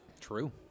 true